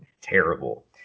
terrible